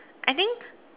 I think